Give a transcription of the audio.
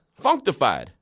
Functified